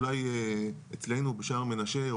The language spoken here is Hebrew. אולי אצלנו בשער מנשה,